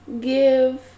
give